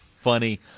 funny